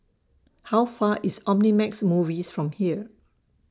How Far IS Omnimax Movies from here